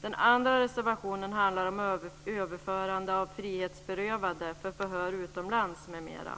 Den andra reservationen handlar om överförande av frihetsberövade för förhör utomlands m.m.